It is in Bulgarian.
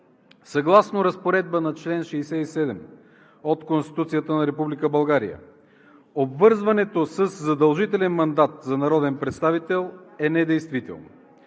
Съгласно разпоредбата на чл. 67 от Конституцията на Република България обвързването със задължителен мандат за народен представител е недействително.